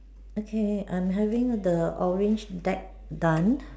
okay I'm having the orange deck done